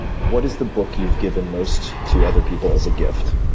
what is the book you've given most to other people as a gift?